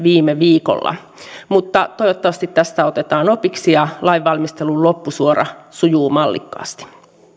viime viikolla mutta toivottavasti tästä otetaan opiksi ja lainvalmistelun loppusuora sujuu mallikkaasti